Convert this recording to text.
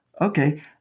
okay